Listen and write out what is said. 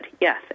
Yes